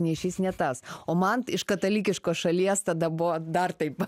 nei šis nei tas o man iš katalikiškos šalies tada buvo dar taip